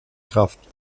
kraft